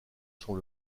sont